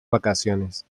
vacaciones